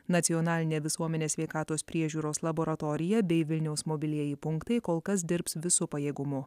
nacionalinė visuomenės sveikatos priežiūros laboratorija bei vilniaus mobilieji punktai kol kas dirbs visu pajėgumu